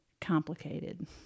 complicated